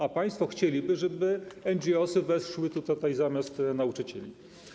A państwo chcieliby, żeby NGOs weszły tutaj zamiast nauczycieli.